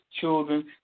children